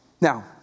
Now